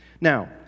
Now